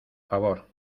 favor